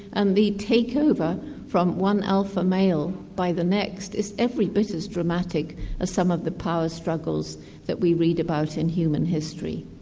and the takeover from one alpha male by the next is every bit as dramatic as some of the power struggles that we read about in human history.